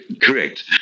Correct